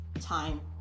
time